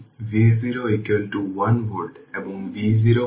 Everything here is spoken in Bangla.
যে এটি equivalent circuit i 3 source short circuit